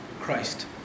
Christ